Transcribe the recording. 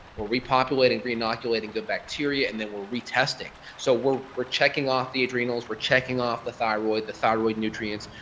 we're repopulating, re-inoculating good bacteria and then we're retesting. so, we're we're checking off the adrenals, we're checking off the thyroid, the thyroid nutrients,